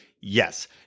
Yes